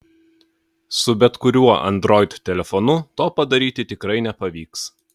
su bet kuriuo android telefonu to padaryti tikrai nepavyks